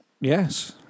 Yes